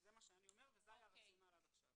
זה מה שאני אומר וזה היה הרציונל עד עכשיו.